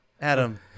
Adam